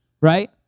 Right